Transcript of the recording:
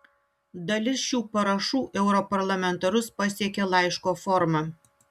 dalis šių parašų europarlamentarus pasiekė laiško forma